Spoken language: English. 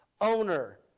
owner